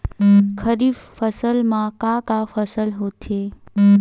खरीफ फसल मा का का फसल होथे?